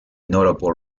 notable